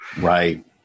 Right